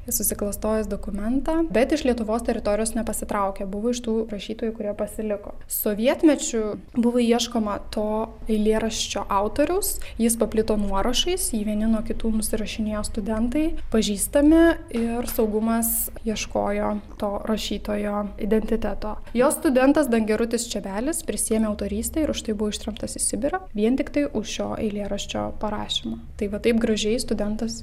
susiklastojęs dokumentą bet iš lietuvos teritorijos nepasitraukė buvo iš tų rašytojų kurie pasiliko sovietmečiu buvo ieškoma to eilėraščio autoriaus jis paplito nuorašais jį vieni nuo kitų nusirašinėjo studentai pažįstami ir saugumas ieškojo to rašytojo identiteto jo studentas dangerutis čebelis prisiėmė autorystę ir už tai buvo ištremtas į sibirą vien tiktai už šio eilėraščio parašymą tai va taip gražiai studentas